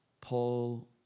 Paul